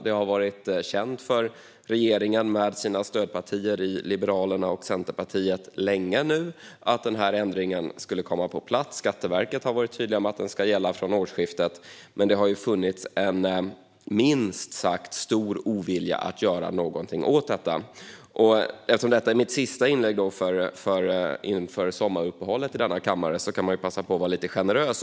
Det har länge varit känt för regeringen och dess stödpartier Liberalerna och Centerpartiet att den här ändringen skulle komma på plats. Skatteverket har varit tydligt med att den ska gälla från årsskiftet, men det har funnits en minst sagt stor ovilja att göra något åt detta. Eftersom detta är mitt sista inlägg i denna kammare inför sommaruppehållet kan jag väl passa på att vara lite generös.